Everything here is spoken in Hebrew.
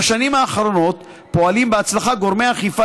בשנים האחרונות פועלים בהצלחה גורמי האכיפה